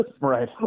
Right